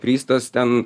pristas ten